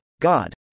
God